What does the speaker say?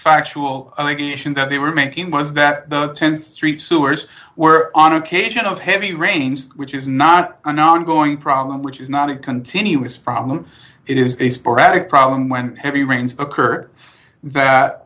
factual allegations that they were making was that ten st sewers were on occasion of heavy rains which is not an ongoing problem which is not a continuous problem it is a sporadic problem when heavy rains occur that